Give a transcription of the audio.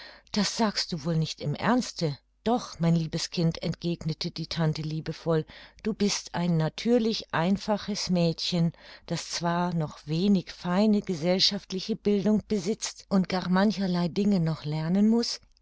das sagst du wohl nicht im ernste doch mein liebes kind entgegnete die tante liebevoll du bist ein natürlich einfaches mädchen das zwar noch wenig feine gesellschaftliche bildung besitzt und gar mancherlei dinge noch lernen muß